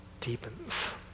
deepens